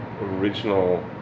original